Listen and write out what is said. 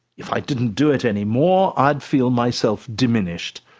if i didn't do it anymore, i'd feel myself diminished.